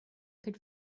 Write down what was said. could